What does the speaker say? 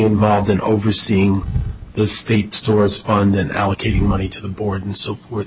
involved in overseeing the state stores on then allocating money to the board and so we're